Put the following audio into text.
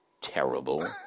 terrible